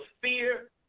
fear